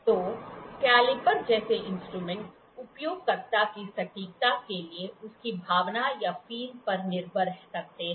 तो कैलिपर जैसे इंस्ट्रूमेंट उपयोगकर्ता की सटीकता के लिए उसकी भावना पर निर्भर करते हैं